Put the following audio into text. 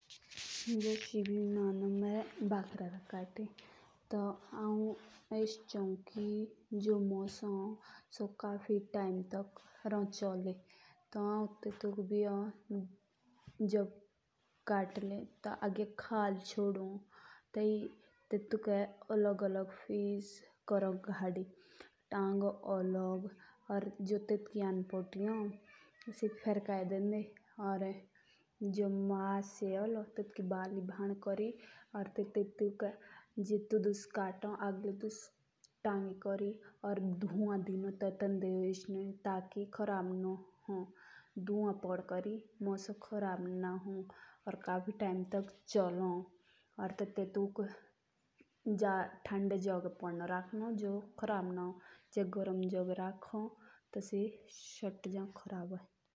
जस एभी मानो कि मे बकरा रा कटी तो हौं एस चौं की जो मोशो होन सो काफी टाइम लग गई चोली। तो सबसे उम्र तो हौं टेटकी खाल कोर्डी ती गाडी टेटके खराब लोग ओलोग पिक कोर्डी भानी। या तेतकी अनाध पोती फेर कई डेंडी ती या तेत पंडो कोनिक धुआन चेयी होनो।